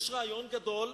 יש רעיון גדול,